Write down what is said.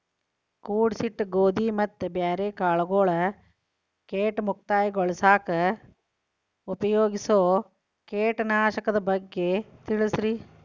ಕೂಡಿಸಿಟ್ಟ ಗೋಧಿ ಮತ್ತ ಬ್ಯಾರೆ ಕಾಳಗೊಳ್ ಕೇಟ ಮುಕ್ತಗೋಳಿಸಾಕ್ ಉಪಯೋಗಿಸೋ ಕೇಟನಾಶಕದ ಬಗ್ಗೆ ತಿಳಸ್ರಿ